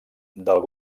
del